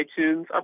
iTunes